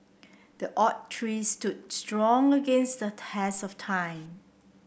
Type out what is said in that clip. the oak tree stood strong against the test of time